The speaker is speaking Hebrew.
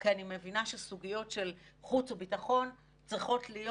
כי אני מבינה שסוגיות של חוץ וביטחון צריכות להיות